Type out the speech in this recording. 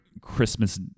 Christmas